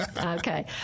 Okay